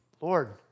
Lord